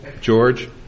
George